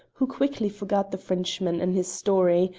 who quickly forgot the frenchman and his story,